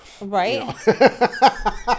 Right